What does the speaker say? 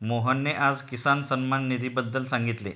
मोहनने आज किसान सन्मान निधीबद्दल सांगितले